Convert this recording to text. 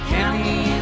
County